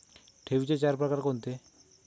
ठेवींचे चार प्रकार कोणते?